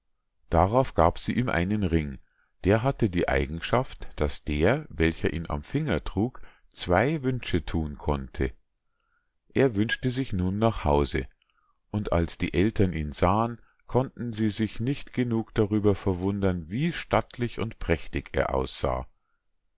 darauf gab sie ihm einen ring der hatte die eigenschaft daß der welcher ihn am finger trug zwei wünsche thun konnte er wünschte sich nun nach hause und als die ältern ihn sahen konnten sie sich nicht genug darüber verwundern wie stattlich und prächtig er aussah